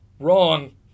Wrong